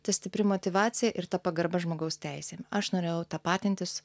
ta stipri motyvacija ir ta pagarba žmogaus teisėm aš norėjau tapatintis